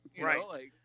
Right